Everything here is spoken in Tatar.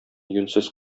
юньсез